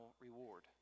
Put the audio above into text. reward